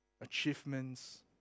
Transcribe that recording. achievements